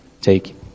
Take